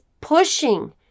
pushing